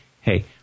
hey